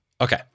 Okay